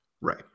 Right